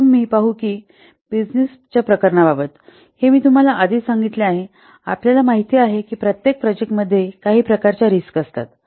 आता आम्ही पाहू की बिजनेसच्या प्रकरणाबाबत हे मी तुम्हाला आधीच सांगितले आहे आपल्याला माहित आहे की प्रत्येक प्रोजेक्टमध्ये काही प्रकारच्या रिस्क असतात